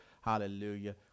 hallelujah